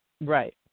right